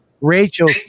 Rachel